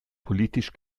politisch